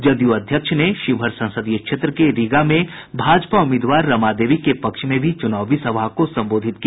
जदयू अध्यक्ष ने शिवहर संसदीय क्षेत्र के रीगा में भाजपा उम्मीदवार रमा देवी के पक्ष में भी चुनावी सभा को संबोधित किया